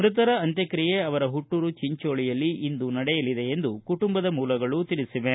ಮೃತರ ಅಂತ್ವಕ್ರಿಯೆ ಅವರ ಹುಟ್ಟೂರು ಚಿಂಚೋಳಿಯಲ್ಲಿ ನಡೆಯಲಿದೆ ಎಂದು ಕುಟುಂಬದ ಮೂಲಗಳು ತಿಳಿಸಿವೆ